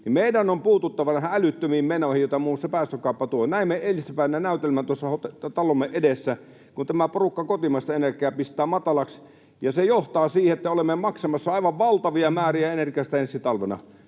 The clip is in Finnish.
meidän on puututtava näihin älyttömiin menoihin, joita muun muassa päästökauppa tuo. Näimme eilispäivänä näytelmän tuossa talomme edessä, kun tämä porukka kotimaista energiaa pistää matalaksi, ja se johtaa siihen, että olemme maksamassa aivan valtavia määriä energiasta ensi talvena: